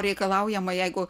reikalaujama jeigu